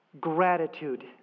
Gratitude